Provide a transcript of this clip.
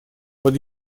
под